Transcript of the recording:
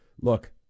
Look